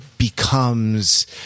becomes